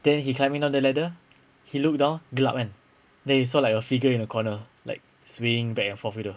then he climbing down the ladder he looked down gelap kan then he saw like a figure in a corner like swing back and forth begitu